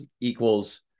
equals